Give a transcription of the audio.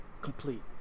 complete